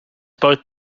both